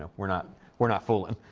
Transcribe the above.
ah we're not we're not foolin'.